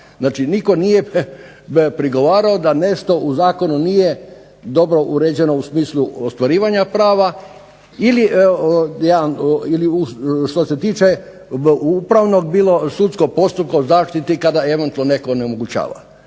nitko nije prigovarao da nešto u zakonu nije dobro uređeno u smislu ostvarivanja prava ili što se tiče upravnog, bilo sudskog postupka u zaštiti kada eventualno netko ne omogućava.